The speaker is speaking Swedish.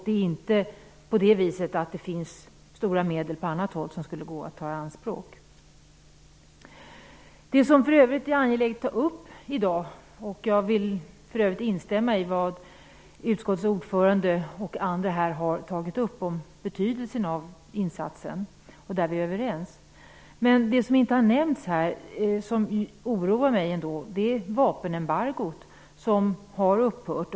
Det är inte så att det finns stora medel på annat håll som man skulle kunna ta i anspråk. För övrigt vill jag instämma i vad utskottets ordförande och andra har tagit upp om betydelsen av insatsen. Där är vi överens. Men vad man däremot inte har nämnt, som ändå oroar mig, är vapenembargot, som har upphört.